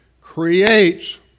creates